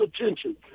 attention